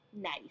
Nice